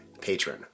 patron